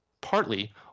partly